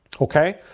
Okay